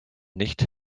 nicht